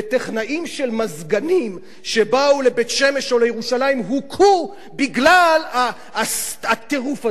וטכנאים של מזגנים שבאו לבית-שמש או לירושלים הוכו בגלל הטירוף הזה.